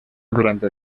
durante